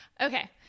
Okay